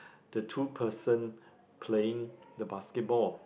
the two person playing the basketball